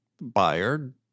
buyer